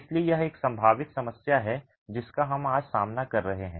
इसलिए यह एक संभावित समस्या है जिसका हम आज सामना कर रहे हैं